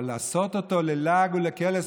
אבל לעשות אותו ללעג ולקלס,